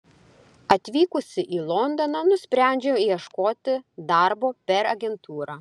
atvykusi į londoną nusprendžiau ieškoti darbo per agentūrą